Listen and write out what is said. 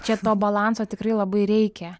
čia to balanso tikrai labai reikia